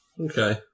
Okay